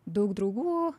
daug draugų